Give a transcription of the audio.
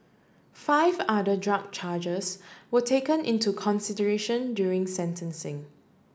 five other drug charges were taken into consideration during sentencing